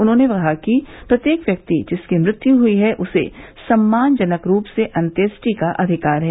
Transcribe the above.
उन्होंने कहा कि प्रत्येक व्यक्ति जिसकी मृत्यु हुई है उसे सम्मानजनक रूप से अन्त्येष्टि का अधिकार है